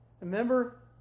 Remember